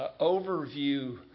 overview